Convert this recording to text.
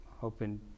hoping